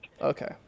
Okay